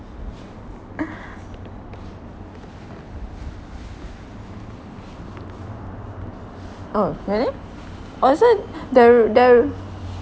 oh really oh is it the r~ the r~